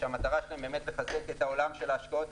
כשהמטרה שלהם היא באמת לחזק את עולם ההשקעות,